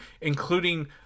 including